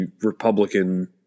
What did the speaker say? Republican